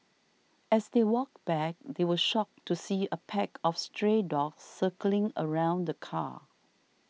as they walked back they were shocked to see a pack of stray dogs circling around the car